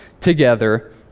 together